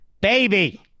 baby